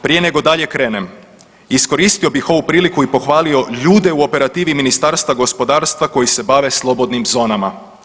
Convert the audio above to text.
Prije nego dalje krenem iskoristio bih ovu priliku i pohvalio ljude u operativi Ministarstva gospodarstva koji se bave slobodnim zonama.